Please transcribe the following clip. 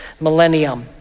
millennium